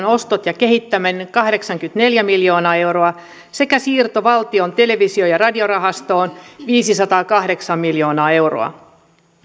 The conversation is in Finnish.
ostot ja kehittäminen kahdeksankymmentäneljä miljoonaa euroa sekä siirto valtion televisio ja radiorahastoon viisisataakahdeksan miljoonaa euroa